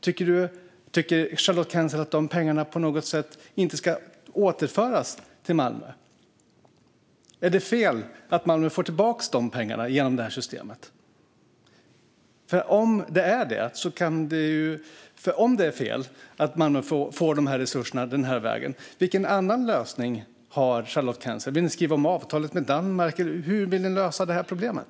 Tycker Charlotte Quensel att dessa pengar på något sätt inte ska återföras till Malmö? Är det fel att Malmö får tillbaka dessa pengar genom det här systemet? Om det är fel att Malmö får dessa resurser den här vägen, vilken annan lösning har då Charlotte Quensel? Vill Sverigedemokraterna skriva om avtalet med Danmark? Hur vill ni lösa det här problemet?